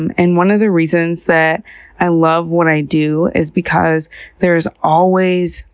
and and one of the reasons that i love what i do is because there's always,